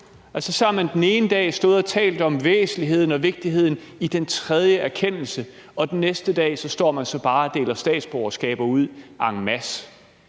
Så har man den ene dag stået og talt om væsentligheden og vigtigheden i den tredje erkendelse, og den næste dag står man så bare og deler statsborgerskaber ud en masse.